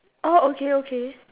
oh okay okay